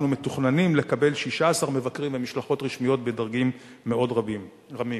אנחנו מתוכננים לקבל 16 מבקרים ומשלחות רשמיות בדרגים מאוד רמים.